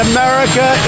America